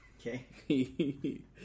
Okay